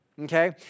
Okay